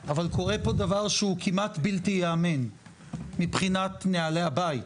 אבל קורה פה דבר שהוא כמעט בלתי יאמן מבחינת נהלי הבית.